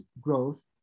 growth